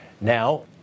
Now